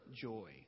joy